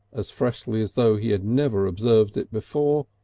as freshly as though he had never observed it before,